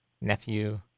nephew